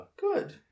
Good